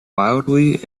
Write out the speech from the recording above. wildly